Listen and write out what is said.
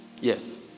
Yes